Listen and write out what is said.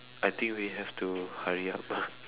I think we have to hurry up